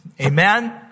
Amen